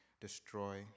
destroy